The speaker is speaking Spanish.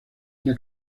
una